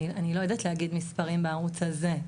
אני לא יודעת להגיד עם מספרים בערוץ הזה.